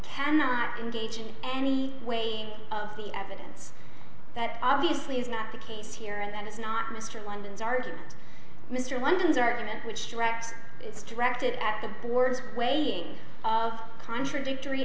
cannot engage in any of the evidence that obviously is not the case here and that is not mr linden's argument mr london's argument which directs its directed at the board's waiting of contradictory